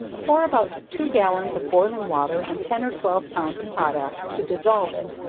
pour about two gallons of boiling water on ten or twelve pounds of potash, to dissolve it,